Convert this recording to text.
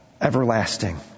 Everlasting